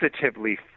positively